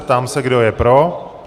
Ptám se, kdo je pro?